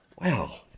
Wow